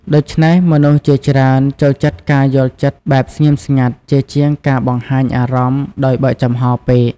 ដូច្នេះ មនុស្សជាច្រើនចូលចិត្តការយល់ចិត្តបែបស្ងៀមស្ងាត់ ជាជាងការបង្ហាញអារម្មណ៍ដោយបើកចំហពេក។